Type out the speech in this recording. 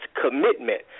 commitment